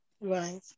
Right